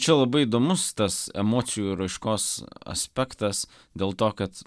čia labai įdomus tas emocijų raiškos aspektas dėl to kad